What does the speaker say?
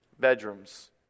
bedrooms